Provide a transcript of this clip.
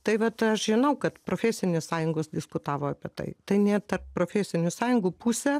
tai vat aš žinau kad profesinės sąjungos diskutavo apie tai tai net tarp profesinių sąjungų pusė